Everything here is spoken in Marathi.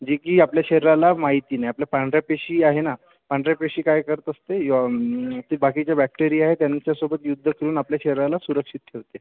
जे की आपल्या शरीलाला माहिती नाही आपल्या पांढऱ्या पेशी आहे ना पांढऱ्या पेशी काय करत असते ते बाकीचे बॅक्टेरीया आहे त्यांच्यासोबत युद्ध करून आपल्या शरीराला सुरक्षित ठेवते